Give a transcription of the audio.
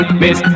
miss